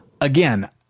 again